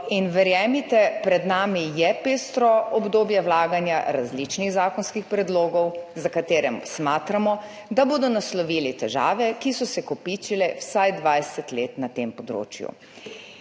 Verjemite, pred nami je pestro obdobje vlaganja različnih zakonskih predlogov, za katere smatramo, da bodo naslovili težave, ki so se kopičile vsaj 20 let na tem področju,